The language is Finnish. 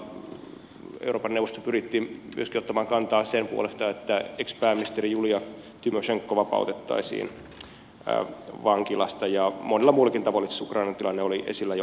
euroopan neuvostossa pyrittiin myöskin ottamaan kantaa sen puolesta että ex pääministeri julija tymosenko vapautettaisiin vankilasta ja monella muullakin tavoin itse asiassa ukrainan tilanne oli esillä jo aikaisemminkin